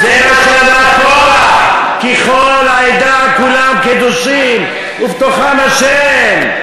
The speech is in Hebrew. זה מה שאמר קורח: "כי כל העדה כלם קדשים ובתוכם ה'".